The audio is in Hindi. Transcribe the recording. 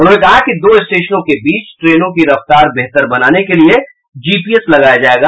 उन्होंने कहा कि दो स्टेशनों के बीच ट्रेनों की रफ्तार बेहतर बनाने के लिये जीपीएस लगाया जायेगा